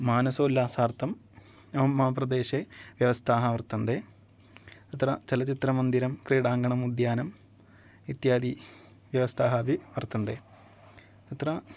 मानसोल्लासार्थम् अहं मम प्रदेशे व्यवस्थाः वर्तन्ते अत्र चलचित्रमन्दिरं क्रीडाङ्गणम् उद्यानम् इत्यादि व्यवस्थाः अपि वर्तन्ते अत्र